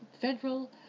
Federal